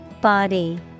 Body